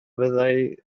fyddai